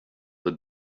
het